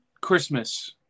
Christmas